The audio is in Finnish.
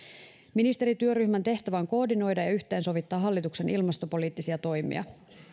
ministerityöryhmän tehtävä on koordinoida ja yhteensovittaa hallituksen ilmastopoliittisia toimia